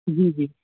جی جی